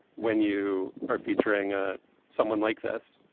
when you are featuring a someone like this,